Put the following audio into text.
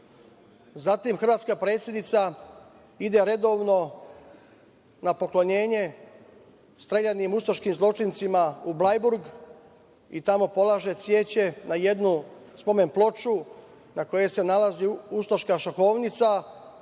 hrvatska predsednica ide redovno na poklonjenje streljanim ustaškim zločincima u Blajburg i tamo polaže cveće na jednu spomen ploču na kojoj se nalazi ustaška šahovnica i na